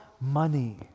money